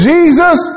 Jesus